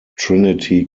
trinity